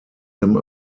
him